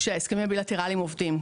שההסכמים הבילטרליים עובדים.